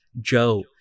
Joe